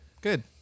Good